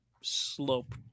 slope